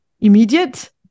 immediate